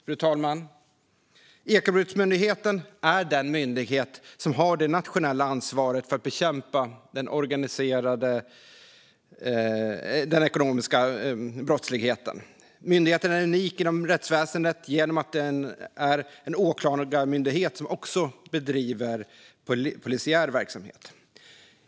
Fru talman! Ekobrottsmyndigheten är den myndighet som har det nationella ansvaret för att bekämpa den organiserade ekonomiska brottsligheten. Myndigheten är unik inom rättsväsendet genom att den är en åklagarmyndighet som också bedriver polisiär verksamhet.